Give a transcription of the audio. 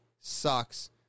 sucks